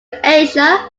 asia